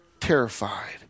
terrified